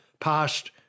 past